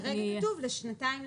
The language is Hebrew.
כרגע כתוב לשנתיים.